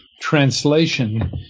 translation